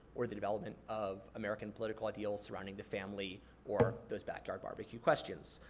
or the development of american political ideals surrounding the family or those backyard barbecue questions.